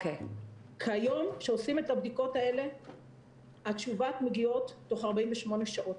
כיום כשעושים את הבדיקות האלה התשובות מגיעות תוך 48 שעות.